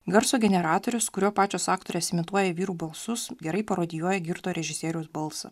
garso generatorius kuriuo pačios aktorės imituoja vyrų balsus gerai parodijuoja girto režisieriaus balsą